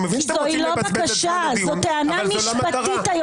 מבין שאתם רוצים לבזבז את זמן הדיון אבל זאת לא המטרה.